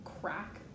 crack